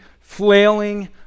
flailing